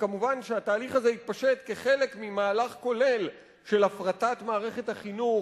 וכמובן שהתהליך הזה התפשט כחלק ממהלך כולל של הפרטת מערכת החינוך,